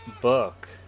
book